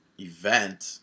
event